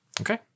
Okay